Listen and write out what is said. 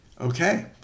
Okay